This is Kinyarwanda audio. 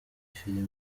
filime